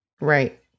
Right